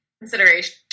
consideration